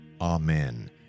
Amen